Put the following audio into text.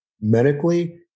medically